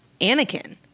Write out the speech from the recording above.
Anakin